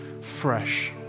fresh